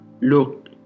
look